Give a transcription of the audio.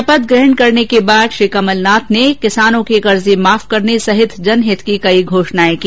शपथ ग्रहण करने के बाद श्री कमलनाथ ने किसानों के कर्जे माफ करने सहित जनहित की कई घोषणाएं की